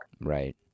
right